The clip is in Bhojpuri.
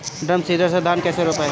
ड्रम सीडर से धान कैसे रोपाई?